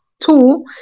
Two